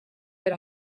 per